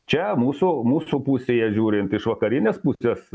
čia mūsų mūsų pusėje žiūrint iš vakarinės pusės